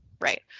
Right